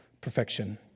perfection